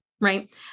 Right